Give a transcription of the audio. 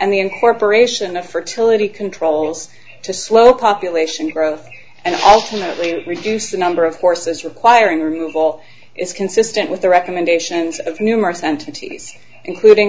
and the incorporation of fertility controls to slow population growth and alternately reduce the number of courses requiring removal is consistent with the recommendations of numerous entities including the